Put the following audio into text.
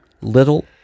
little